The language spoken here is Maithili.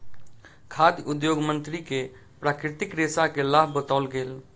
खाद्य उद्योग मंत्री के प्राकृतिक रेशा के लाभ बतौल गेल